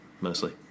mostly